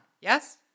Yes